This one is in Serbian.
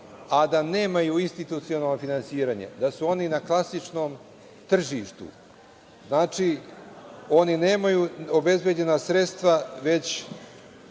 a da nemaju institucionalno finansiranje, da su oni na klasičnom tržištu. Znači, oni nemaju obezbeđena sredstva, već